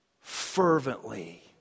fervently